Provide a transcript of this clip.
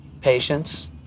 patience